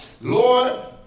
Lord